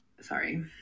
Sorry